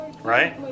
Right